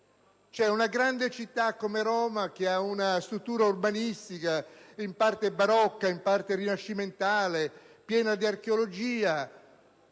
In una grande città come Roma, con una struttura urbanistica in parte barocca, in parte rinascimentale, ricca di reperti